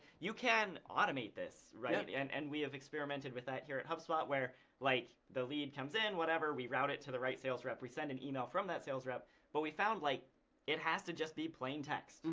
you can automate this and and and we have experimented with that here at hubspot where like the lead comes in, whatever, we route it to the right sales rep, we send an email from that sales rep but we found like it has to just be plain text. and